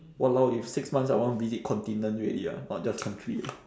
!walao! if six months I want to visit continent already ah not just country